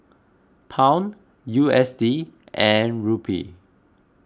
Pound U S D and Rupee